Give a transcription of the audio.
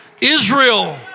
Israel